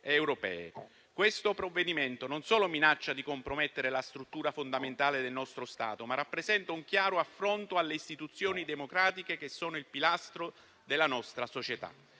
europee. Questo provvedimento non solo minaccia di compromettere la struttura fondamentale del nostro Stato, ma rappresenta anche un chiaro affronto alle istituzioni democratiche, che sono il pilastro della nostra società.